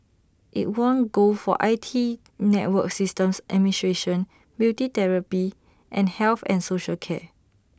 IT won gold for I T network systems administration beauty therapy and health and social care